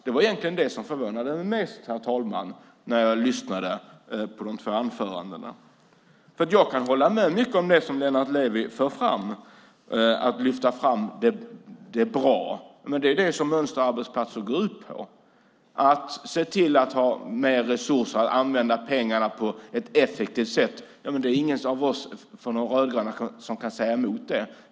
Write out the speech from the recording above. Det var egentligen det som förvånade mig mest, herr talman, när jag lyssnade på de två anförandena. Jag kan hålla med om mycket av det som Lennart Levi för fram, att lyfta fram det som är bra, men det är ju det som mönsterarbetsplatser går ut på. Det är ingen av oss rödgröna som kan säga emot att man ska se till att ha mer resurser och använda pengarna på ett effektivt sätt.